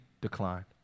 decline